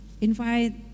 invite